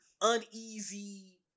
uneasy